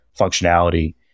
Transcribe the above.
functionality